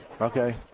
Okay